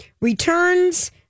returns